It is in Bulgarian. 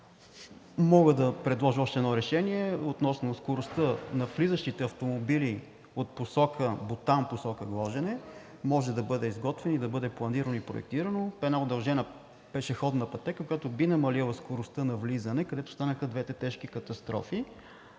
Мога да предложа още едно решение относно скоростта на влизащите автомобили от посока Бутан посока Гложене, може да бъде изготвена и да бъде планирана и проектирана една удължена пешеходна пътека, която би намалила скоростта на влизане, където станаха двете тежки катастрофи.